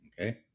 Okay